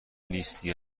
لیستی